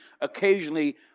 occasionally